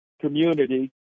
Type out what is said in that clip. community